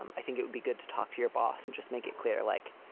um i think it would be good to talk to your boss and just make it clear, like,